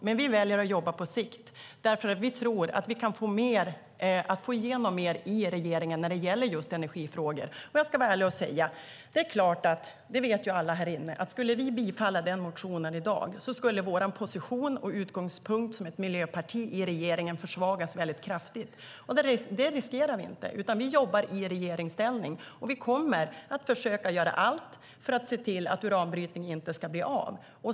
Men vi väljer att jobba på sikt. Vi tror att vi kan få igenom mer i regeringen när det gäller just energifrågor. Jag ska vara ärlig och säga att alla här inne vet att om vi skulle rösta för bifall till den motionen i dag skulle vår position och utgångspunkt som ett miljöparti i regeringen försvagas väldigt kraftigt. Det riskerar vi inte. Vi jobbar i regeringsställning. Vi kommer att försöka att göra allt för att se till att uranbrytning inte ska bli av.